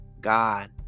God